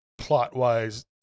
plot-wise